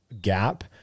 gap